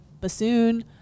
bassoon